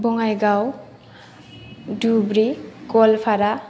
Bongaigaon Dhubri Goalpara